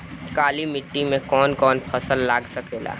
काली मिट्टी मे कौन कौन फसल लाग सकेला?